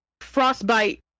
frostbite